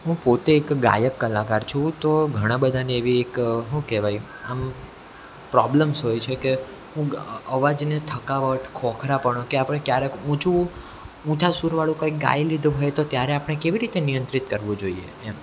હું પોતે એક ગાયક કલાકાર છું તો ઘણા બધાને એવી એક શું કહેવાય આમ પ્રોબ્લમસ હોય છે કે શું અવાજને થકાવટ ખોખરાપણું કે આપણે ક્યારેક ઊંચું ઊંચા સૂરવાળું કાંઈક ગાઈ લીધું હોય તો ત્યારે આપણે કેવી રીતે નિયંત્રિત કરવું જોઈએ એમ